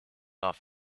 off